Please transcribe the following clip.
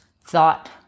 thought